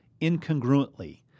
incongruently